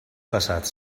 passat